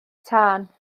tân